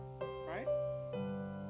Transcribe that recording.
Right